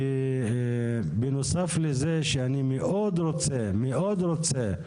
כי בנוסף לזה שאני מאוד רוצה, מאוד רוצה,